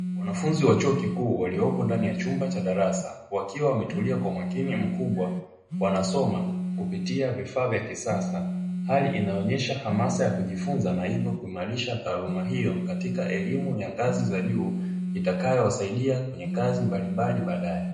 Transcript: Wanafunzi wa chuo kikuu, waliopo ndani ya chumba cha darasa, wakiwa wametulia kwa umakini mkubwa. Wanasoma kupitia vifaa vya kisasa. Hali inayoonyesha hamasa ya kujifunza na hivyo kuimarisha taaluma hiyo katika elimu ya ngazi za juu, itakayowasaidia kwenye kazi mbalimbali baadaye.